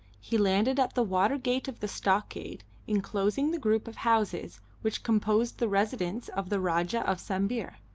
he landed at the water-gate of the stockade enclosing the group of houses which composed the residence of the rajah of sambir.